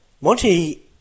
Monty